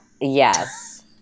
Yes